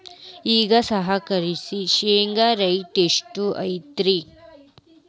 ಈಗ ಸರಾಸರಿ ಶೇಂಗಾ ರೇಟ್ ಎಷ್ಟು ಐತ್ರಿ?